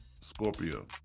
Scorpio